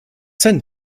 sent